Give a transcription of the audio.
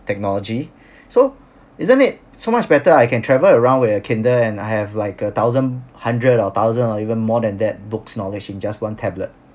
technology so isn't it so much better I can travel around with a kindle and I have like a thousand hundred or thousand or even more than that books knowledge in just one tablet